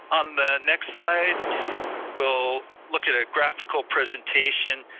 on the next slide we'll look at a graphical presentation.